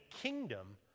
kingdom